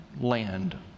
land